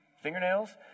fingernails